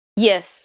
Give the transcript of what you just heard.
Yes